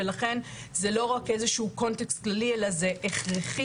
ולכן זה לא רק איזשהו קונטקסט כללי אלא זה הכרחי